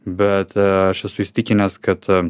bet aš esu įsitikinęs kad